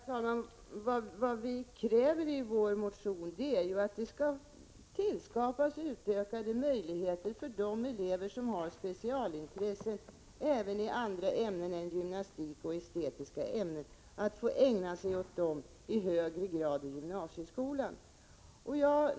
Herr talman! Vad vi kräver i vår motion är ju att det skall tillskapas utökade möjligheter för de elever som har specialintressen även i andra ämnen än gymnastik och estetiska ämnen att få ägna sig åt dem i högre grad i gymnasieskolan.